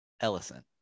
ellison